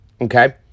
Okay